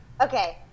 Okay